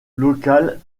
locale